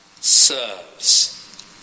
serves